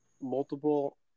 multiple